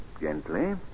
Gently